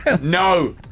No